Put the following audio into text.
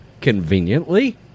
Conveniently